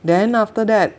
then after that